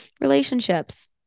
Relationships